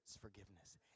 forgiveness